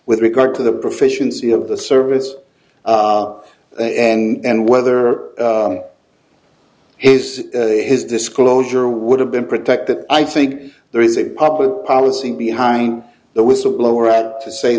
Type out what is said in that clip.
with regard to the proficiency of the service and whether it is his disclosure would have been protected i think there is a public policy behind the whistleblower had to say